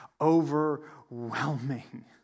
overwhelming